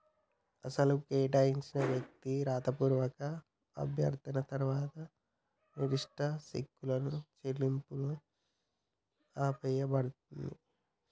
అసలు కేటాయించిన వ్యక్తికి రాతపూర్వక అభ్యర్థన తర్వాత నిర్దిష్ట సెక్కులు చెల్లింపులు ఆపేయబడుతుంది